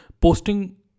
posting